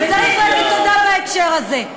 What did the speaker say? וצריך להגיד תודה בהקשר הזה.